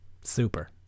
Super